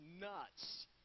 nuts